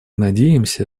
надеемся